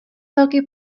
velký